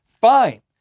Fine